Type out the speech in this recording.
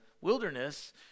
wilderness